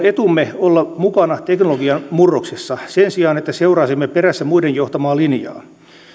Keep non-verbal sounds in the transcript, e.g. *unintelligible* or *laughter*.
*unintelligible* etumme olla mukana teknologian murroksessa sen sijaan että seuraisimme perässä muiden johtamaa linjaa